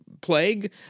plague